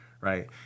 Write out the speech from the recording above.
right